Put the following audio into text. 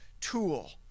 tool